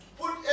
put